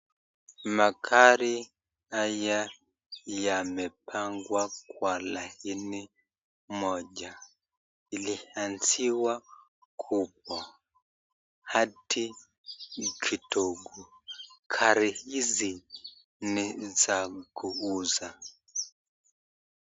Magari haya yamepangwa kwa laini moja iliaziwa kubwa hadi kidogo. Gari hizi ni za kuuza.